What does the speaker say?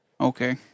Okay